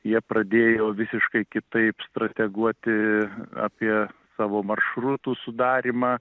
jie pradėjo visiškai kitaip strateguoti apie savo maršrutų sudarymą